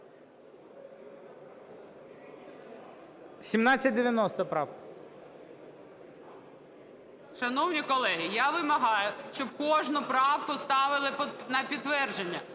Н.Ю. Шановні колеги, я вимагаю, щоб кожну правку ставили на підтвердження,